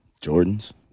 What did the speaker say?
jordan's